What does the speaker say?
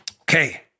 Okay